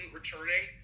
returning